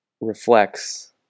reflects